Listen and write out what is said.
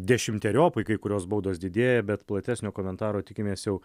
dešimteriopai kai kurios baudos didėja bet platesnio komentaro tikimės jau